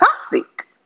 toxic